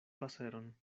paseron